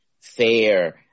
fair